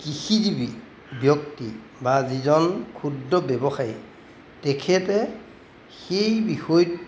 কৃষিজীৱী ব্যক্তি বা যিজন ক্ষুদ্ৰ ব্যৱসায়ী তেখেতে সেই বিষয়ত